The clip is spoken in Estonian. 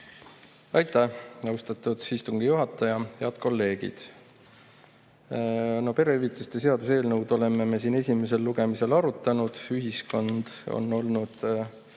Aitäh, austatud istungi juhataja! Head kolleegid! Perehüvitiste seaduse eelnõu oleme me siin esimesel lugemisel arutanud, ühiskond on olnud